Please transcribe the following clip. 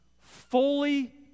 Fully